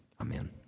Amen